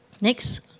Next